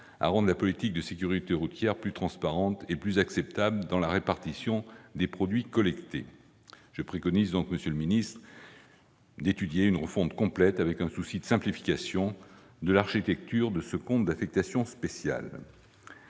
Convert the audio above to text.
à rendre la politique de sécurité routière plus transparente et plus acceptable dans la répartition des produits collectés. Je préconise donc, monsieur le secrétaire d'État, d'étudier une refonte complète de l'architecture de ce compte d'affectation spéciale,